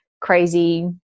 crazy